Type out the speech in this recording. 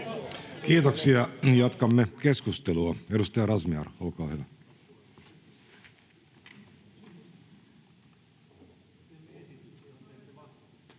Kiitoksia. — Jatkamme keskustelua. Edustaja Razmyar, olkaa hyvä.